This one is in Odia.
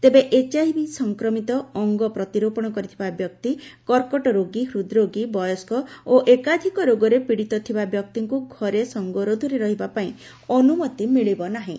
ତେବେ ଏଚଆଇଭି ସଂକ୍ରମିତ ଅଙ୍ଗ ପ୍ରତିରୋପଣ କରିଥିବା ବ୍ୟକ୍ତି କର୍କଟରୋଗୀ ହୂଦରୋଗୀ ବୟସ୍କ ଓ ଏକାଧିକ ରୋଗରେ ପୀଡିତ ଥିବା ବ୍ୟକ୍ତିଙ୍କୁ ଘରେ ସଙ୍ଗରୋଧରେ ରହିବା ପାଇଁ ଅନୁମତି ମିଳିବ ନାହିଁ